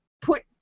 put